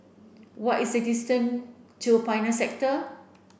what is the distance to Pioneer Sector